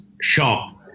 shop